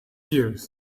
years